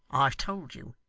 i have told you.